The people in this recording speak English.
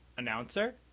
Announcer